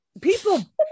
People